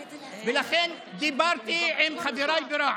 ולכן דיברתי עם חבריי ברע"מ.